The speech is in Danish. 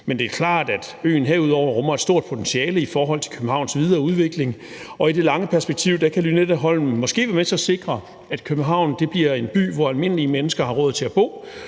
Men det er klart, at øen herudover rummer et stort potentiale i forhold til Københavns videre udvikling, og i det lange perspektiv kan Lynetteholmen måske være med til at sikre, at København bliver en by, hvor almindelige mennesker har råd til at bo,